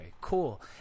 Cool